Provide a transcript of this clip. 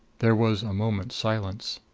there was a moment's silence.